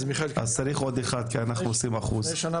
אז צריך עוד אחד כי אנחנו 20%. לפני שנה